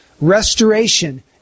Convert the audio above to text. restoration